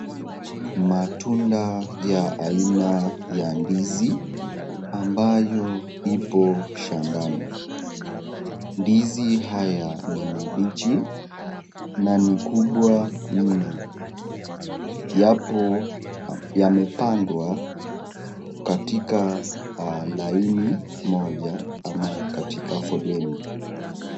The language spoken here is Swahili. Matunda ya aina ya ndizi ambayo ipo shambani. Ndizi haya ni mabichi na ni kubwa mno. Yamepandwa katika laini moja ama katika foleni.